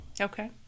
Okay